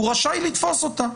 הוא רשאי לתפוס אותה.